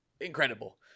incredible